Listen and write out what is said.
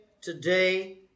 today